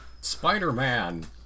Spider-Man